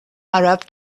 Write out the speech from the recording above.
arab